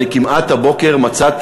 הבוקר כמעט מצאתי,